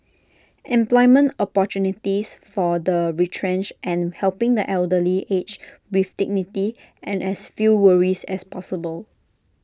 employment opportunities for the retrenched and helping the elderly age with dignity and as few worries as possible